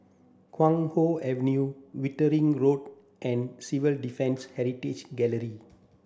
Guan Hua Avenue Wittering Road and Civil Defence Heritage Gallery